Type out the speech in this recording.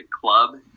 club